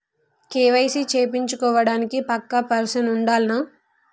KYC చేపిచ్చుకోవడానికి పక్కా person ఉండాల్నా?